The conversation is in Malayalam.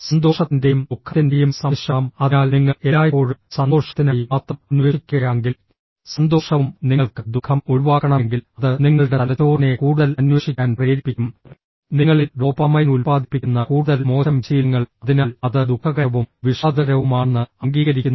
സന്തോഷത്തിന്റെയും ദുഃഖത്തിന്റെയും സമ്മിശ്രണം അതിനാൽ നിങ്ങൾ എല്ലായ്പ്പോഴും സന്തോഷത്തിനായി മാത്രം അന്വേഷിക്കുകയാണെങ്കിൽ സന്തോഷവും നിങ്ങൾക്ക് ദുഃഖം ഒഴിവാക്കണമെങ്കിൽ അത് നിങ്ങളുടെ തലച്ചോറിനെ കൂടുതൽ അന്വേഷിക്കാൻ പ്രേരിപ്പിക്കും നിങ്ങളിൽ ഡോപാമൈൻ ഉൽപ്പാദിപ്പിക്കുന്ന കൂടുതൽ മോശം ശീലങ്ങൾ അതിനാൽ അത് ദുഃഖകരവും വിഷാദകരവുമാണെന്ന് അംഗീകരിക്കുന്നു